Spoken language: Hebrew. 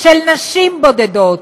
של נשים בודדות,